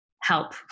help